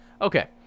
Okay